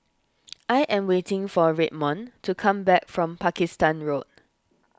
I am waiting for Redmond to come back from Pakistan Road